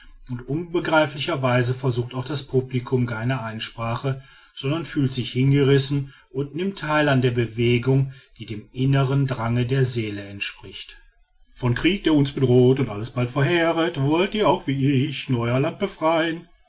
und unbegreiflicher weise versucht auch das publicum keine einsprache sondern fühlt sich hingerissen und nimmt theil an der bewegung die dem inneren drange der seele entspricht vom krieg der uns bedroht und alles bald verheeret wollt ihr auch so wie ich nun euer land befreien